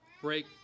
break